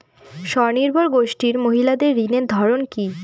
স্বনির্ভর গোষ্ঠীর মহিলাদের ঋণের ধরন কি?